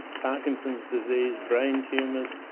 parkinson's disease, brain tumours,